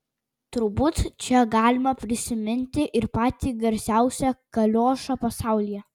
turbūt čia galima prisiminti ir patį garsiausią kaliošą pasaulyje